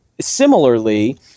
similarly